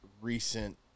recent